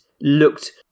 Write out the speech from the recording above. looked